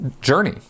journey